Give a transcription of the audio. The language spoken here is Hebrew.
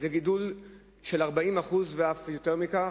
הוא גידול של 40%, ואף יותר מכך.